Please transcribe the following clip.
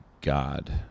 God